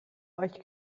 euch